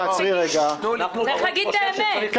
צריך להגיד את האמת.